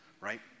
right